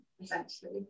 essentially